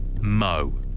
Mo